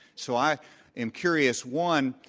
so i am curious, one,